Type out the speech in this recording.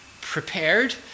prepared